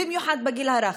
במיוחד בגיל הרך.